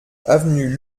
avenue